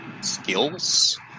skills